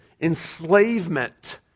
enslavement